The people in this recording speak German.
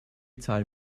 zahl